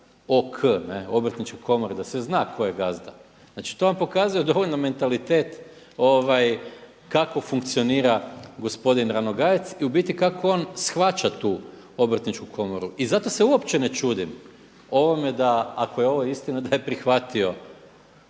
Obrtnička komora da se zna tko je gazda. Znači to vam pokazuje dovoljno mentalitet kako funkcionira gospodin Ranogajec i u biti kako on shvaća tu Obrtničku komoru. I zato se uopće ne čudim ovome ako je ovo istina da je prihvatio